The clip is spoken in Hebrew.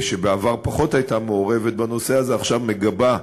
שבעבר פחות הייתה מעורבת בנושא הזה, עכשיו מגבה,